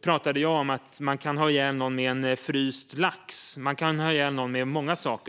pratade jag om att man kan skada någon med en fryst lax och många andra saker.